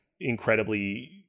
incredibly